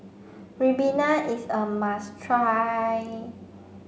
Ribena is a must try